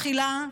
תחילה,